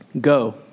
Go